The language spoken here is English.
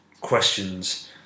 questions